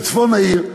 בצפון העיר,